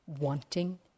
wanting